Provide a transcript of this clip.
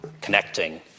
connecting